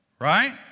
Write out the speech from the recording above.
Right